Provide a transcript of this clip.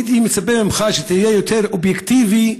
הייתי מצפה ממך שתהיה יותר אובייקטיבי,